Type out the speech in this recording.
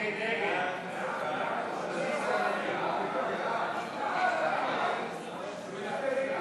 סעיפים 1 2 נתקבלו.